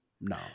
No